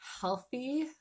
healthy